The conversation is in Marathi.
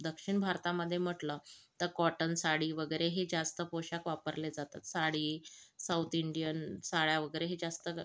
दक्षिण भारतामध्ये म्हटलं तर कॉटन साडी वगैरे हे जास्त पोशाख वापरले जातात साडी साऊथ इंडियन साड्या वगैरे हे जास्त